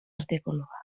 artikulua